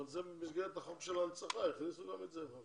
אבל במסגרת החוק של ההנצחה יכניסו גם את זה.